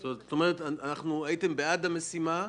זאת אומרת, הייתם בעד המשימה,